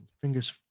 Fingers